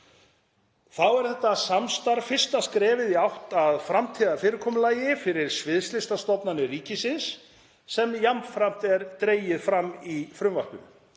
Þá er þetta samstarf fyrsta skrefið í átt að framtíðarfyrirkomulagi fyrir sviðslistastofnanir ríkisins, sem jafnframt er dregið fram í frumvarpinu.